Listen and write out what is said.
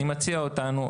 אני מציע אותנו,